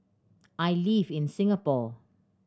I live in Singapore